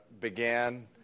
began